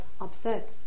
upset